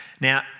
Now